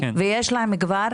והם נמצאים כבר